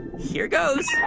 here goes.